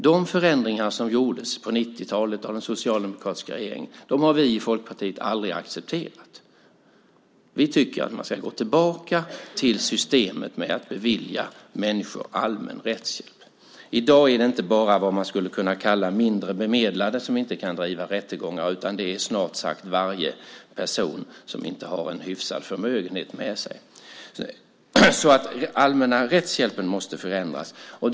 De förändringar av lagen som gjordes på 1990-talet av den socialdemokratiska regeringen har vi i Folkpartiet aldrig accepterat. Vi tycker att man ska gå tillbaka till systemet med att bevilja människor allmän rättshjälp. I dag är det inte bara de vi skulle kunna kalla mindre bemedlade som inte kan driva rättegångar, utan det är snart sagt varje person som inte har en hyfsad förmögenhet. Den allmänna rättshjälpen måste alltså förändras.